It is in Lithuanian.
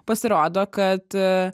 pasirodo kad